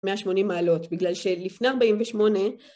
180 מעלות בגלל שלפני 48